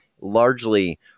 Largely